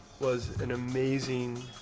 was an amazing,